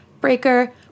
Breaker